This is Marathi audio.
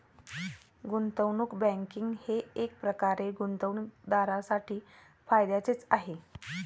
गुंतवणूक बँकिंग हे एकप्रकारे गुंतवणूकदारांसाठी फायद्याचेच आहे